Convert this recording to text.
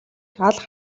алах